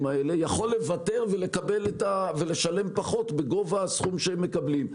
האלה יוכל לוותר ולשלם פחות מגובה הסכום שהם מקבלים.